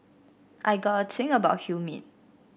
I got a thing about humid